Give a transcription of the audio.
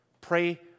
Pray